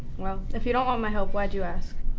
well, if you don't want my help, why'd you ask?